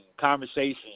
conversation